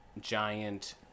giant